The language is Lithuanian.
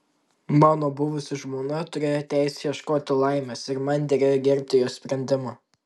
mano buvusi žmona turėjo teisę ieškoti laimės ir man derėjo gerbti jos sprendimą